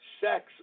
sex